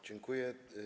Dziękuję.